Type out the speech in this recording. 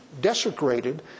desecrated